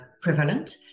prevalent